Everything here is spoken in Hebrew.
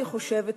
אני חושבת,